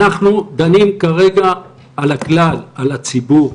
אנחנו דנים כרגע על הכלל, על הציבור,